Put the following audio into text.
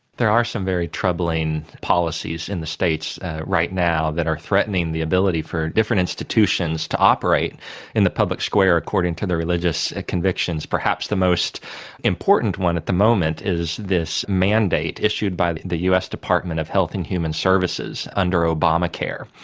there are some very troubling policies in the states right now that are threatening the ability for different institutions to operate in the public square according to their religious convictions. perhaps the most important one at the moment is this mandate issued by the the us department of health and human services under obamacare.